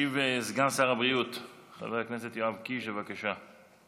ישיב סגן שר הבריאות חבר הכנסת יואב קיש, בבקשה.